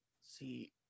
See